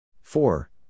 Four